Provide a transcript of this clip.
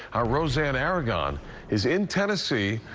our rose-ann aragon is in tennessee.